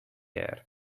air